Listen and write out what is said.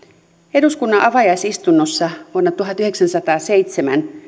eduskunnan avajaisistunnossa vuonna tuhatyhdeksänsataaseitsemän